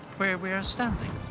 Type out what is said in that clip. where we're standing.